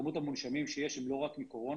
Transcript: וכמות המונשמים שיש היא לא רק מקורונה